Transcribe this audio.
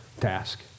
task